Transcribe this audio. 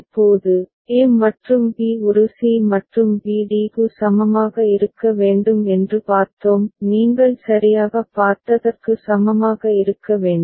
இப்போது a மற்றும் b ஒரு c மற்றும் b d க்கு சமமாக இருக்க வேண்டும் என்று பார்த்தோம் நீங்கள் சரியாகப் பார்த்ததற்கு சமமாக இருக்க வேண்டும்